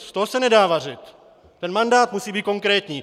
Z toho se nedá vařit, ten mandát musí být konkrétní.